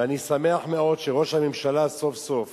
ואני שמח מאוד שראש הממשלה סוף-סוף